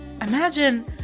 imagine